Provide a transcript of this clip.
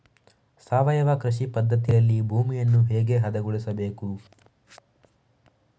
ಸಾವಯವ ಕೃಷಿ ಪದ್ಧತಿಯಲ್ಲಿ ಭೂಮಿಯನ್ನು ಹೇಗೆ ಹದಗೊಳಿಸಬೇಕು?